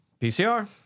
PCR